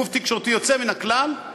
גוף תקשורתי יוצא מן הכלל,